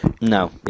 No